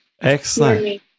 excellent